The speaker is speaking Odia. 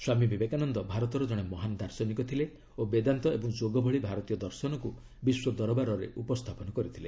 ସ୍ୱାମୀ ବିବେକାନନ୍ଦ ଭାରତର ଜଣେ ମହାନ୍ ଦାର୍ଶନୀକ ଥିଲେ ଓ ବେଦାନ୍ତ ଏବଂ ଯୋଗ ଭଳି ଭାରତୀୟ ଦର୍ଶନକୁ ବିଶ୍ୱ ଦରବାରରେ ଉପସ୍ଥାପନ କରିଥିଲେ